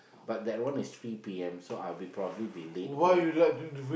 but that one is three P_M so I will probably be late home